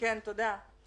תודה.